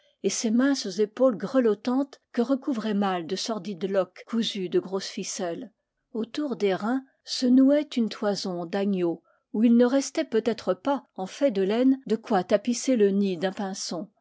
et ses minces épaules gre lottantes que recouvraient mal de sordides loques cousues de grosse ficelle autour des reins se nouait une toison d'a gneau où il ne restait peut-être pas en fait de laine de quoi tapisser le nid d'un